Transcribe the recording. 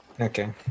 okay